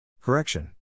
Correction